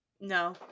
No